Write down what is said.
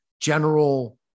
general